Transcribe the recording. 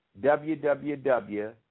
www